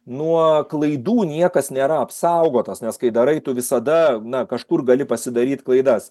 nuo klaidų niekas nėra apsaugotas nes kai darai tu visada na kažkur gali pasidaryt klaidas